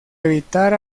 evitar